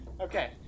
Okay